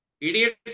idiots